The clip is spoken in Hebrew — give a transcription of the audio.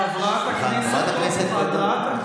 להתפנות, חברת הכנסת גוטליב.